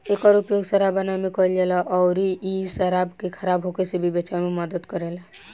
एकर उपयोग शराब बनावे में कईल जाला अउरी इ शराब के खराब होखे से भी बचावे में मदद करेला